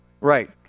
Right